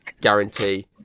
guarantee